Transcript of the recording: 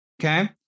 Okay